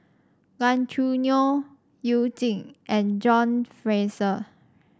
Gan Choo Neo You Jin and John Fraser